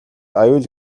аюул